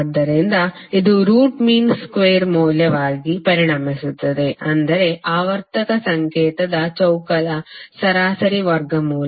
ಆದ್ದರಿಂದ ಇದು root mean square ಮೌಲ್ಯವಾಗಿ ಪರಿಣಮಿಸುತ್ತದೆ ಅಂದರೆ ಆವರ್ತಕ ಸಂಕೇತದ ಚೌಕದ ಸರಾಸರಿ ವರ್ಗಮೂಲ